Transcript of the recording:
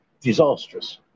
disastrous